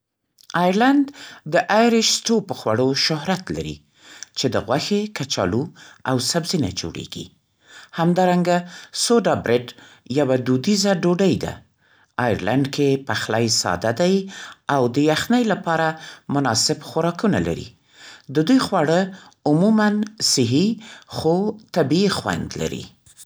آیرلینډ د «آیرش سټو» په خوړو شهرت لري، چې د غوښې، کچالو او سبزي نه جوړېږي. همدارنګه «سودا برید» یوه دودیزه ډوډۍ ده. آیرلینډ کې پخلی ساده دی او د یخنۍ لپاره مناسب خوراکونه لري. د دوی خواړه عموماً صحي، خو طبیعي خوند لري.